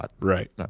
Right